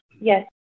Yes